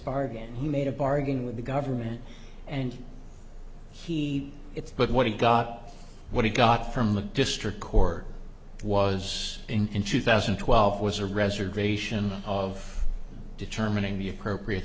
bargain he made a bargain with the government and he it's but what he got what he got from the district court was in two thousand and twelve was a reservation of determining the appropriate